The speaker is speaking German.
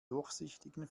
durchsichtigen